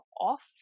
off